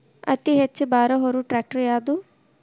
ಅತಿ ಹೆಚ್ಚ ಭಾರ ಹೊರು ಟ್ರ್ಯಾಕ್ಟರ್ ಯಾದು?